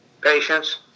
patience